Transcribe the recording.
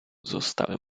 zostałem